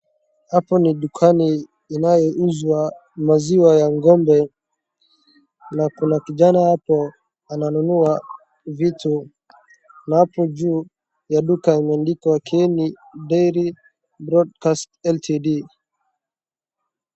Hapa ni dukani inayouzwa maziwa ya ng'ombe na kuna kijana hapo ananunua vitu na hapo juu ya duka imeandikwa Kieni Dairy Products LTD.